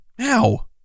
Ow